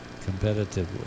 competitively